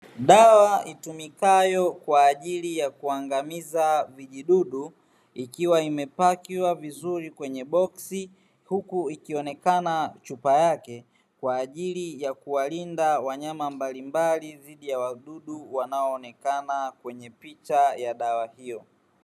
Dawa itumikayo kwa ajili ya kuangamiza vijidudu, ikiwa imepakiwa vizuri kwenye boksi, huku ikionekana chupa yake kwa ajili ya kuwalinda wanyama mbalimbali dhidi ya wadudu wanao onekana kwenye picha ya dawa hiyo.